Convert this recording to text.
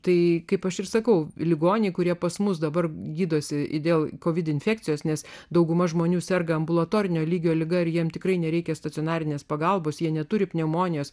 tai kaip aš ir sakau ligoniai kurie pas mus dabar gydosi dėl covid infekcijos nes dauguma žmonių serga ambulatorinio lygio liga ir jiems tikrai nereikia stacionarinės pagalbos jie neturi pneumonijos